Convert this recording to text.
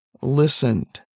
listened